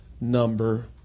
number